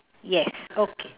yes okay